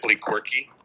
quirky